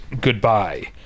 Goodbye